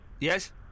Yes